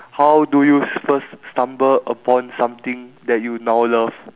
how do you first stumble upon something that you now love